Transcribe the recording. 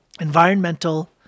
environmental